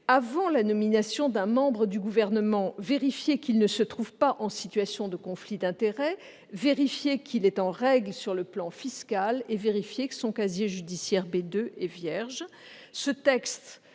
avant la nomination d'un membre du Gouvernement, vérifier qu'il ne se trouve pas en situation de conflit d'intérêts, qu'il est en règle sur le plan fiscal et que son casier judiciaire B2 est vierge. Le texte